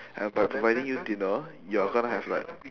and by providing you dinner you're gonna have like